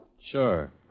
Sure